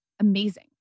amazing